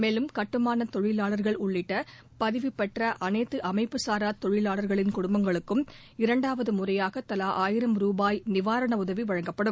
மேலும் கட்டுமானத் தொழிலாளர்கள் உள்ளிட்ட பதிவு பெற்ற அனைத்து அமைப்புசாரா தொழிலாளா்களின் குடும்பங்களுக்கும் இரண்டாவது முறையாக தலா ஆயிரம் ரூபாய் நிவாரண உதவி வழங்கப்படும்